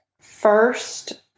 first